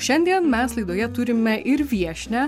šiandien mes laidoje turime ir viešnią